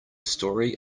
story